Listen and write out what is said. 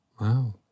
Wow